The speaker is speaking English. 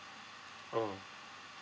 oh